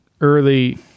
early